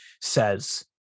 says